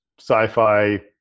sci-fi